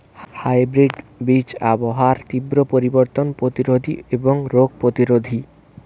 hybrid বীজ আবহাওয়ার তীব্র পরিবর্তন প্রতিরোধী এবং রোগ প্রতিরোধী